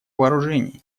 вооружений